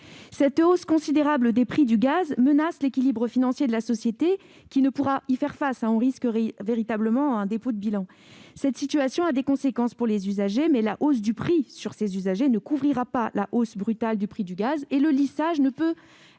La hausse considérable des prix du gaz menace l'équilibre financier de la société, qui ne pourra y faire face et qui risque véritablement un dépôt de bilan. Cette situation a des conséquences pour les usagers. En outre, la hausse du prix sur ces usagers ne couvrira pas la hausse brutale du prix du gaz. Le lissage ne peut